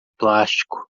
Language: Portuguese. plástico